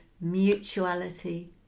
mutuality